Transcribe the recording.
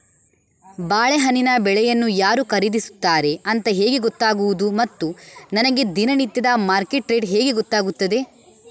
ಬಾಳೆಹಣ್ಣಿನ ಬೆಳೆಯನ್ನು ಯಾರು ಖರೀದಿಸುತ್ತಾರೆ ಅಂತ ಹೇಗೆ ಗೊತ್ತಾಗುವುದು ಮತ್ತು ನನಗೆ ದಿನನಿತ್ಯದ ಮಾರ್ಕೆಟ್ ರೇಟ್ ಹೇಗೆ ಗೊತ್ತಾಗುತ್ತದೆ?